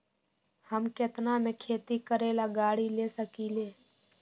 हम केतना में खेती करेला गाड़ी ले सकींले?